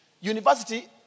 University